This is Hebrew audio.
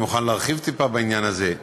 ואני מוכן להרחיב טיפה בעניין הזה,